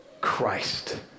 Christ